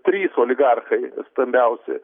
trys oligarchai stambiausi